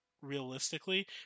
realistically